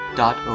dot